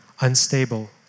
unstable